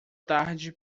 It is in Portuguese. tarde